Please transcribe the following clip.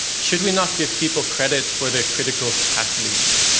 should we not give people credit for their critical capacities.